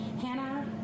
Hannah